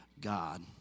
God